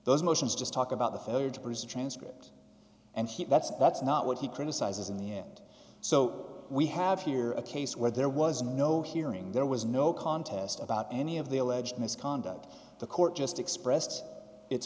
those motions just talk about the failure to preserve transcript and he that's that's not what he criticizes in the end so we have here a case where there was no hearing there was no contest about any of the alleged misconduct the court just expressed it